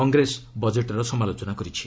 କଂଗ୍ରେସ ବଜେଟ୍ର ସମାଲୋଚନା କରିଛି